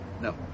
No